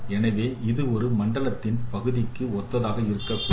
எனவே இது ஒரு மண்டலத்தின் பகுதிக்கு ஒத்ததாக இருக்கக்கூடும்